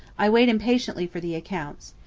i wait impatiently for the accounts.